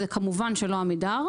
זה, כמובן, לא עמידר.